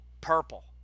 purple